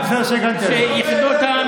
אני שאלתי אם